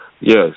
yes